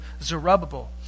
Zerubbabel